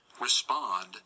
respond